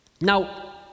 Now